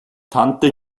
tante